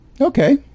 Okay